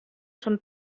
schon